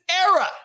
era